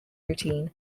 routine